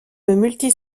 multi